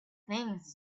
things